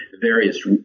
various